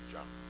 John